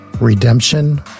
Redemption